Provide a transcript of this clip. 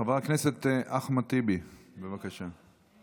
חבר הכנסת אחמד טיבי, בבקשה.